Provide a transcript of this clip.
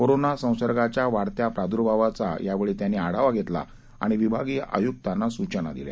corona संसर्गाच्या वाढत्या प्रादुर्भावाचा यावेळी त्यांनी आढावा घेतला आणि विभागीय आयुक्तांना सूचना दिल्या